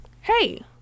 Hey